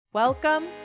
Welcome